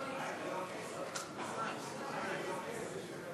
(תיקון, מעמדם של אחראי שמירה),